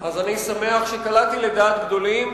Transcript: אז אני שמח שקלעתי לדעת גדולים.